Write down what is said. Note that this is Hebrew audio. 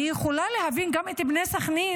אני יכולה להבין גם את בני סכנין,